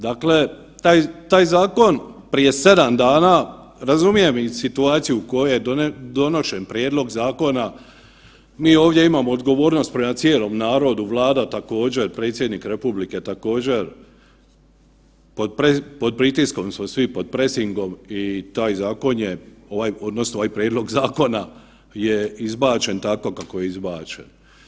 Dakle, taj zakon prije 7 dana, razumijem i situaciju u kojoj je donošen prijedlog zakona, mi ovdje imamo odgovornost prema cijelom narodu, Vlada također, predsjednik republike također, pod pritiskom smo svi, pod presingom i taj zakon je ovaj odnosno ovaj prijedlog zakona je izbačen tako kako je izbačen.